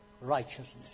righteousness